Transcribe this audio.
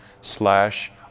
slash